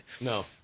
No